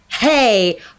hey